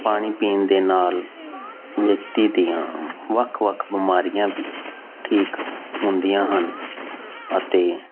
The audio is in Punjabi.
ਪਾਣੀ ਪੀਣ ਦੇ ਨਾਲ ਵਿਅਕਤੀ ਦੀਆਂ ਵੱਖ ਵੱਖ ਬਿਮਾਰੀਆਂ ਵੀ ਠੀਕ ਹੁੰਦੀਆਂ ਹਨ ਅਤੇ